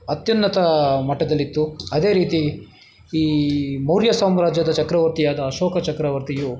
ಅತ್ಯುನ್ನತ ಮಟ್ಟದಲ್ಲಿತ್ತು ಅದೇ ರೀತಿ ಈ ಮೌರ್ಯ ಸಾಮ್ರಾಜ್ಯದ ಚಕ್ರವರ್ತಿಯಾದ ಅಶೋಕ ಚಕ್ರವರ್ತಿಯು